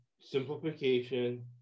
simplification